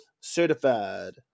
Certified